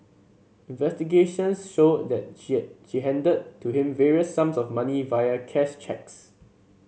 investigations showed that she she handed to him various sums of money via cash cheques